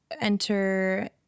enter